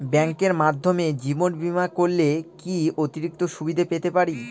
ব্যাংকের মাধ্যমে জীবন বীমা করলে কি কি অতিরিক্ত সুবিধে পেতে পারি?